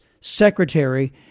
secretary